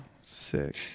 sick